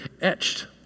etched